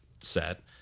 set